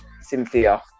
Cynthia